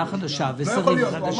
חדשה ושרים חדשים --- לא "יכול להיות".